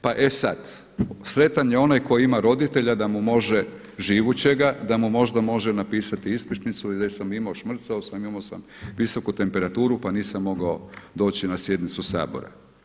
Pa e sada sretan je onaj tko ima roditelja da mu može, živućega, da mu možda može napisati ispričnicu, gdje sam imao, šmrcao sam, imao sam visoku temperaturu pa nisam mogao doći na sjednicu Sabora.